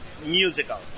musical